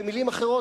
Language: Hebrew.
במלים אחרות,